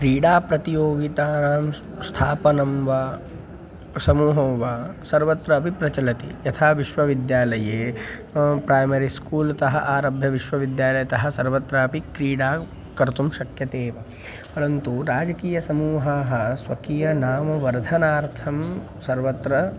क्रीडाप्रतियोगितानां स्थापनं वा समूहो वा सर्वत्रापि प्रचलति यथा विश्वविद्यालये प्रैमरि स्कूल्तः आरभ्य विश्वविद्यालयतः सर्वत्रापि क्रीडा कर्तुं शक्यते एव परन्तु राजकीयसमूहाः स्वकीय नामवर्धनार्थं सर्वत्र